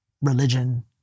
religion